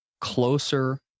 closer